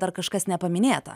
dar kažkas nepaminėta